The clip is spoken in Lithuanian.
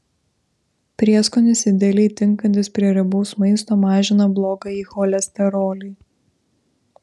prieskonis idealiai tinkantis prie riebaus maisto mažina blogąjį cholesterolį